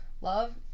Love